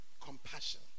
Compassion